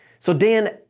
so, dan,